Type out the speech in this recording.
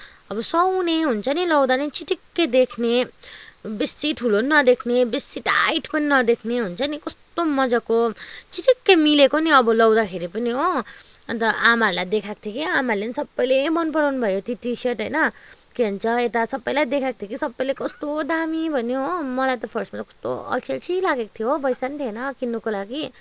अब सुहाउने हुन्छ नि लगाउँदा पनि चिटिक्कै देख्ने बेसी ठुलो नि नदेख्ने बेसी टाइट पनि नदेख्ने हुन्छ नि कस्तो मजाको चिटिक्कै मिलेको नि अब लाउँदाखेरि पनि हो अन्त आमाहरूलाई देखाएको थिएँ के आमाहरूले पनि सबैले मन पराउनु भयो त्यो टी सर्ट होइन के भन्छ यता सबैलाई देखाएको थिएँ कि सबैले कस्तो दामी भन्यो हो मलाई त फर्स्टमा त कस्तो अल्छी अल्छी लागेको थियो पैसा पनि थिएन किन्नको लागि